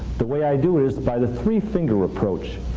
the way i do it is by the three finger approach.